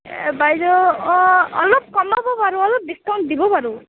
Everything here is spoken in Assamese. বাইদেউ অলপ কমাব পাৰোঁ অলপ ডিচকাউণ্ট দিব পাৰোঁ